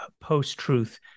post-truth